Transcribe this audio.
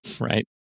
right